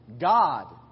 God